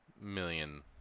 million